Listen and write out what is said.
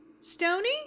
Stony